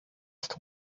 ist